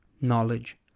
knowledge